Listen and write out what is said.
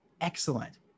excellent